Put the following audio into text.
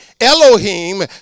Elohim